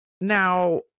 now